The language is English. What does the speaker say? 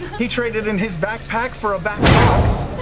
he traded in his backpack for a backbox.